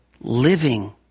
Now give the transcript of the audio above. living